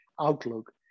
outlook